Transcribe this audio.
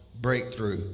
breakthrough